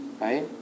right